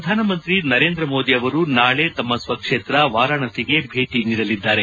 ಪ್ರಧಾನಮಂತ್ರಿ ನರೇಂದ್ರ ಮೋದಿ ಅವರು ನಾಳೆ ತಮ್ಮ ಸ್ವಕ್ಷೇತ್ರ ವಾರಾಣಸಿಗೆ ಭೇಟಿ ನೀಡಲಿದ್ದಾರೆ